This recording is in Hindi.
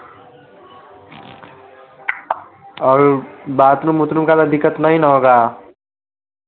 और बाथरूम उथरूम का सर दिक्कत नहीं ना होगा